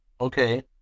Okay